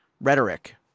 rhetoric